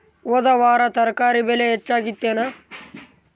ಹೊದ ವಾರ ತರಕಾರಿ ಬೆಲೆ ಹೆಚ್ಚಾಗಿತ್ತೇನ?